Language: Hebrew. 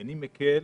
איני מקל